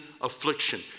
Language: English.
affliction